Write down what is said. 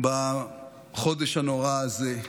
בחודש הנורא הזה,